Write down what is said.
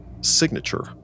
signature